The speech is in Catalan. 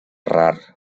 rar